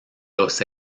los